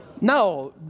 No